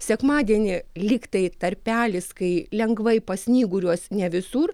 sekmadienį lyg tai tarpelis kai lengvai pasnyguriuos ne visur